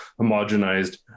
homogenized